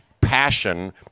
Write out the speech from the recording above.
passion